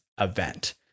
event